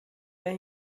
mehr